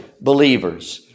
believers